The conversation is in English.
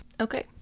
Okay